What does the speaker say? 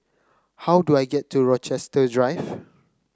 how do I get to Rochester Drive